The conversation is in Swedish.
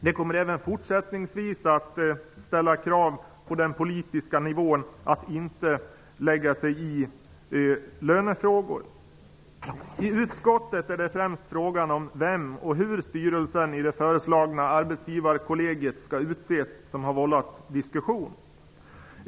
Det kommer även fortsättningsvis att ställas krav på den politiska nivån att inte lägga sig i lönefrågor. I utskottet är det främst frågan av vem och hur styrelsen i det föreslagna arbetsgivarkollegiet skall utses som har vållat diskussion.